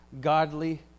godly